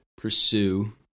pursue